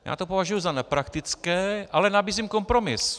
Já to považuji za nepraktické, ale nabízím kompromis.